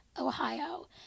Ohio